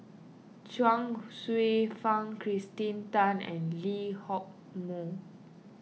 Chuang Hsueh Fang Kirsten Tan and Lee Hock Moh